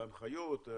ההנחיות,